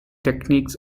techniques